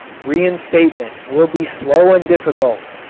reinstatement will be slow and difficult.